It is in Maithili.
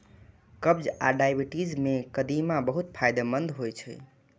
कब्ज आ डायबिटीज मे कदीमा बहुत फायदेमंद होइ छै